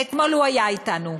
ואתמול הוא היה אתנו.